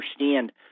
understand